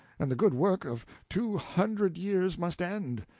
and the good work of two hundred years must end.